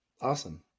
Awesome